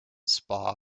spa